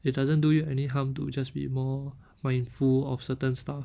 it doesn't do you any harm to just be more mindful of certain stuff